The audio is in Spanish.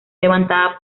levantada